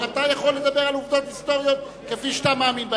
אתה יכול לדבר על עובדות היסטוריות שאתה מאמין בהן.